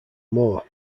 more